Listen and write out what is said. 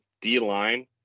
D-line